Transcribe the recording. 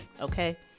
Okay